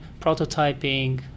prototyping